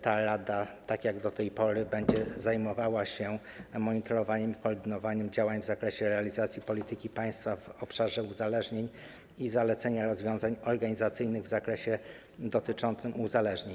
Ta rada, tak jak do tej pory, będzie zajmowała się monitorowaniem i koordynowaniem działań w zakresie realizacji polityki państwa w obszarze uzależnień i zaleceniami rozwiązań organizacyjnych w zakresie dotyczącym uzależnień.